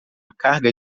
carga